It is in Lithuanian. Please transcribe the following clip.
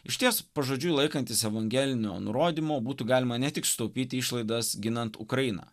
išties pažodžiui laikantis evangelinio nurodymų būtų galima ne tik sutaupyti išlaidas ginant ukrainą